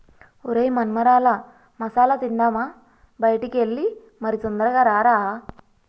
ఒరై మొన్మరాల మసాల తిందామా బయటికి ఎల్లి మరి తొందరగా రారా